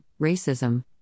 racism